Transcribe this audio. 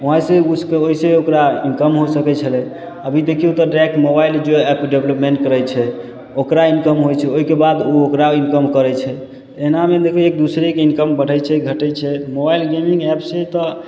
वहाँ से उस कऽ ओहिसे ओकरा इनकम हो सकै छलै अभी देखियौ तऽ डाइरेक्ट मोबाइल जे एप्प डेवलपमेंट करै छै ओकरा इनकम होइ छै ओहिके बाद ओ ओकरा इनकम करै छै एनामे देखबै एक दूसरेके इनकम बढ़ै छै घटै छै मोबाइल गेमिंग एप्प से तऽ